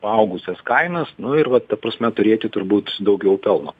paaugusias kainas nu ir va ta prasme turėti turbūt daugiau pelno